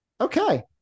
okay